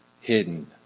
hidden